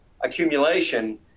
accumulation